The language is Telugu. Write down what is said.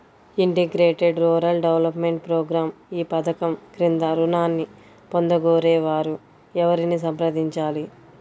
ఇంటిగ్రేటెడ్ రూరల్ డెవలప్మెంట్ ప్రోగ్రాం ఈ పధకం క్రింద ఋణాన్ని పొందగోరే వారు ఎవరిని సంప్రదించాలి?